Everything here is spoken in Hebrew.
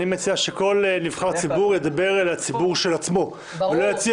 אני מציע שכל נבחר ציבור ידבר אל הציבור של עצמו ולא יציע